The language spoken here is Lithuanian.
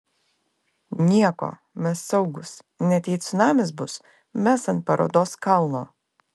nieko mes saugūs net jei cunamis bus mes ant parodos kalno